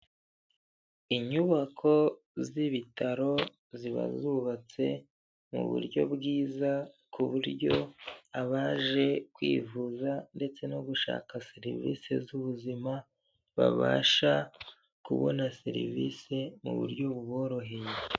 Inyubako z'ibitaro ziba zubatse mu buryo bwiza ku buryo abaje kwivuza ndetse no gushaka serivisi z'ubuzima, babasha kubona serivisi mu buryo buboroheye.